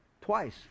Twice